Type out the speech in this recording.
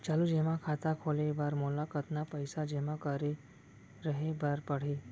चालू जेमा खाता खोले बर मोला कतना पइसा जेमा रखे रहे बर पड़ही?